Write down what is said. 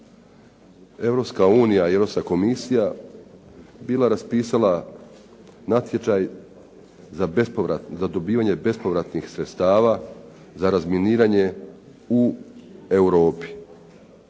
Europske unije i Europska komisija bila raspisala natječaj za dobivanje bespovratnih sredstava za razminiranje u Europi.